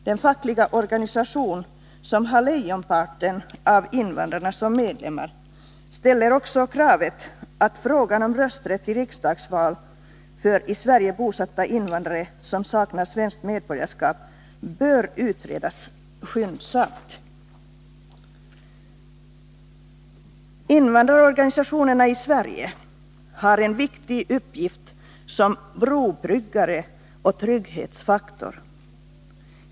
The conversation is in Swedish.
Den fackliga organisation, som har ”lejonparten” av invandrarna som medlemmar, ställer också kravet att frågan om rösträtt i riksdagsval för i Sverige bosatta invandrare som saknar svenskt medborgarskap skall utredas skyndsamt. Invandrarorganisationerna i Sverige har en viktig uppgift som brobyggare och trygghetsfaktor.